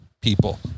people